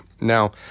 now